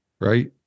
right